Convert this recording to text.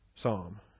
psalm